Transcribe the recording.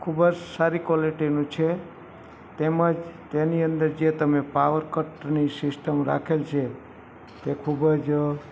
ખૂબ જ સારી ક્વૉલિટીનું છે તેમજ તેની અંદર જે તમે પાવર કટની સિસ્ટમ રાખેલી છે તે ખૂબ જ